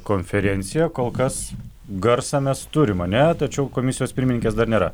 konferenciją kol kas garsą mes turim ane tačiau komisijos pirmininkės dar nėra